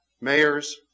mayors